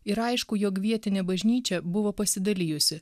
yra aišku jog vietinė bažnyčia buvo pasidalijusi